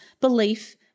belief